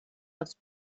aus